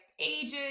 ages